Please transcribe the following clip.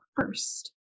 first